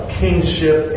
kingship